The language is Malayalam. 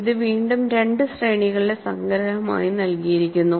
ഇത് വീണ്ടും രണ്ട് ശ്രേണികളുടെ സംഗ്രഹമായി നൽകിയിരിക്കുന്നു